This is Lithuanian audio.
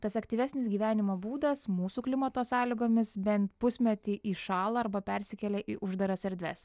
tas aktyvesnis gyvenimo būdas mūsų klimato sąlygomis bent pusmetį įšąla arba persikelia į uždaras erdves